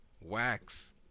wax